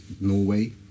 Norway